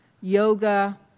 yoga